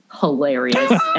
hilarious